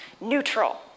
neutral